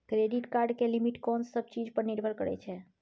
Credit card के limit कोन सब चीज पर निर्भर करै छै?